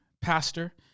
pastor